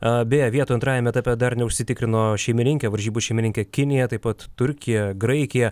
a beje vietų antrajame etape dar neužsitikrino šeimininkė varžybų šeimininkė kinija taip pat turkija graikija